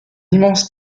immense